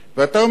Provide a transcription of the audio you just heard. ואתה אומר,